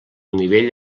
nivell